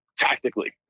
tactically